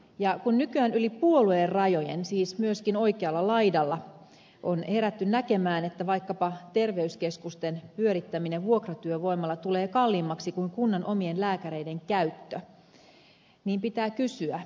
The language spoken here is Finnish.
ja kun nykyään yli puoluerajojen siis myöskin oikealla laidalla on herätty näkemään että vaikkapa terveyskeskusten pyörittäminen vuokratyövoimalla tulee kalliimmaksi kuin kunnan omien lääkäreiden käyttö niin pitää kysyä mistä kiire